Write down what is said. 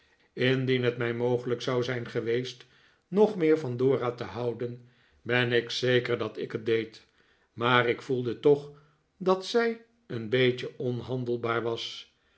indien het mij mogelijk zou zijn geweest nog meer van dora te houden ben ik zeker dat ik het deed maar ik voelde toch dat zij een beetje onhandelbaar was